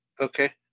Okay